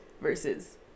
Versus